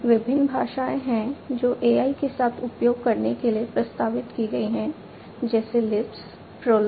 विभिन्न भाषाएं हैं जो AI के साथ उपयोग करने के लिए प्रस्तावित की गई हैं जैसे लिस्प PROLOG